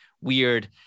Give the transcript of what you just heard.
weird